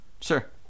Sure